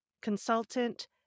consultant